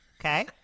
Okay